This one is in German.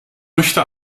möchte